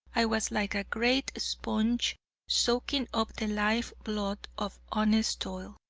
i was like a great sponge soaking up the life-blood of honest toil,